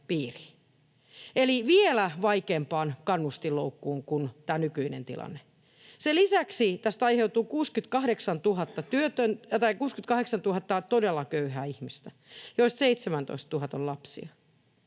eli vielä vaikeampaan kannustinloukkuun kuin tämä nykyinen tilanne. Sen lisäksi tästä aiheutuu 68 000 todella köyhää ihmistä, joista 17 000 on lapsia.